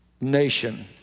nation